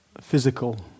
physical